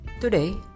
today